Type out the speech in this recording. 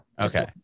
Okay